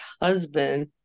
husband